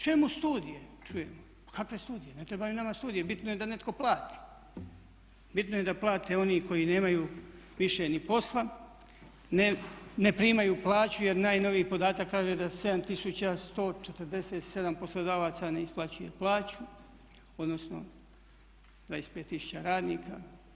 Čemu studije čujemo, pa kakve studije, ne trebaju nama studije, bitno je da netko plati, bitno je da plate oni koji nemaju više ni posla, ne primaju plaću jer najnoviji podatak kaže da 7 tisuća 147 poslodavaca ne isplaćuje plaću, odnosno 25 tisuća radnika.